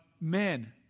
men